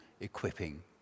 equipping